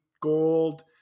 gold